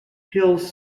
hills